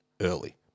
early